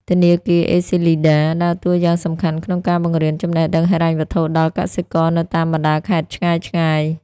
ធនាគារ អេស៊ីលីដា (ACLEDA) ដើរតួយ៉ាងសំខាន់ក្នុងការបង្រៀនចំណេះដឹងហិរញ្ញវត្ថុដល់កសិករនៅតាមបណ្ដាខេត្តឆ្ងាយៗ។